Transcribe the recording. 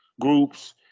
groups